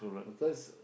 because